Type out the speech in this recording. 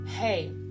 hey